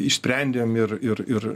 išsprendėm ir ir ir